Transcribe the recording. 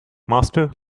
master